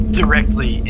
directly